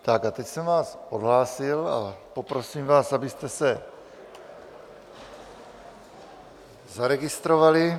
Tak a teď jsem vás odhlásil a poprosím vás, abyste se zaregistrovali.